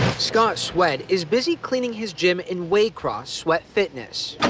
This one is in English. scots wed is busy cleaning his gym in waycross wet fitness.